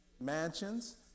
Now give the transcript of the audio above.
mansions